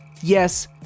Yes